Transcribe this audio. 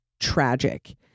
tragic